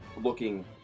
looking